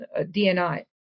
DNI